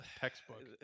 textbook